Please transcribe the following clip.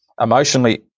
emotionally